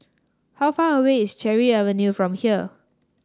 how far away is Cherry Avenue from here